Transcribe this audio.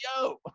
yo